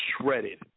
shredded